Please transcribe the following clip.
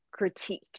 critiqued